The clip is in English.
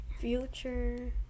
Future